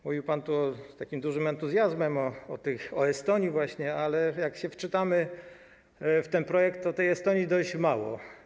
Mówił pan tu z takim dużym entuzjazmem o Estonii właśnie, ale jak się wczytamy w ten projekt, to tej Estonii jest dość mało.